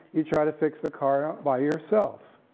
you try to fix the car by yourself.